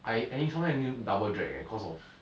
I I need I sometimes need to double drag eh cause of